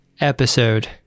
episode